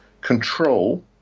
control